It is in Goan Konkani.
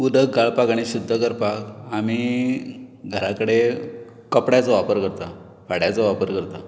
उदक गाळपाक आनी शूध्द करपाक आमी घराकडे कपड्याचो वापर करता फाड्याचो वापर करता